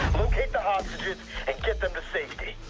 locate the hostages, and get them to safety.